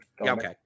Okay